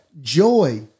joy